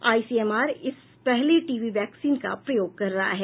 ICMR इस पहले TB vaccine का प्रयोग कर रहा है